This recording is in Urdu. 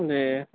جی